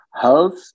Health